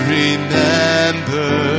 remember